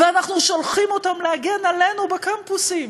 אנחנו שולחים אותם להגן עלינו בקמפוסים.